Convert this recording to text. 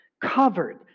covered